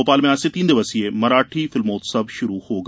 भोपाल में आज से तीन दिवसीय मराठी फिल्मोत्सव शुरू होगा